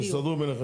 תסתדרו ביניכם.